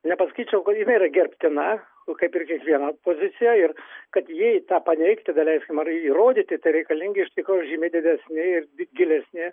nepasakyčiau jinai yra gerbtina kaip ir kiekviena pozicija ir kad jei tą paneigti daleiskim ar įrodyti tai reikalingi iš tikrųjų žymiai didesni ir gilesni